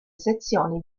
sezioni